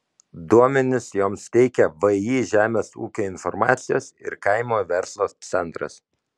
duomenis joms teikia vį žemės ūkio informacijos ir kaimo verslo centras